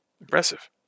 Impressive